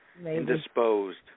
Indisposed